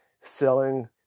selling